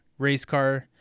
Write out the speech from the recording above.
Racecar